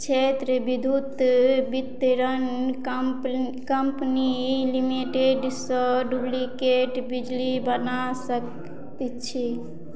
क्षेत्र विद्युत वितरण कम्प कम्पनी लिमिटेडसे डुप्लिकेट बिजली बना सकै छी